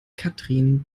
katrin